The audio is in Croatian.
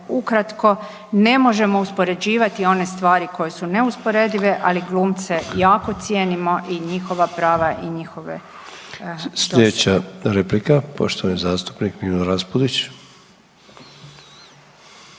ukratko ne možemo uspoređivati one stvari koje su neusporedive, ali glumce jako cijenimo i njihova prava i njihove …/Govornici istovremeno govore, ne razumije